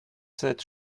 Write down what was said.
sept